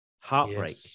Heartbreak